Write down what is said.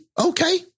Okay